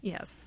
Yes